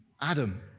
Adam